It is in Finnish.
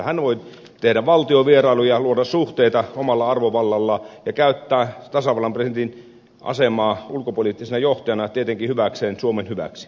hän voi tehdä valtiovierailuja ja luoda suhteita omalla arvovallallaan ja käyttää tietenkin hyväkseen tasavallan presidentin asemaa ulkopoliittisena johtajana suomen hyväksi